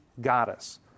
goddess